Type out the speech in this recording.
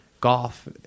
golf